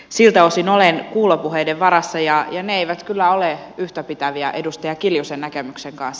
siltä osin olen kuulopuheiden varassa ja jannelle kyllä ole yhtäpitäviä edustaja kiljusen näkemyksenkas